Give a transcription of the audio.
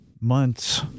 months